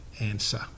answer